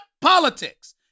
politics